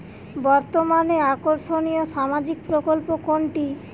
বর্তমানে আকর্ষনিয় সামাজিক প্রকল্প কোনটি?